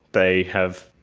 they have,